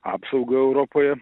apsaugą europoje